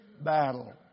battle